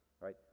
right